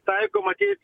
taiko matyt